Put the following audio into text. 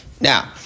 Now